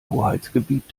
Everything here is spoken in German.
hoheitsgebiet